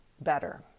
better